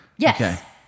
Yes